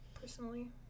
personally